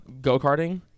go-karting